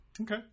Okay